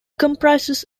comprises